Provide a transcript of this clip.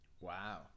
wow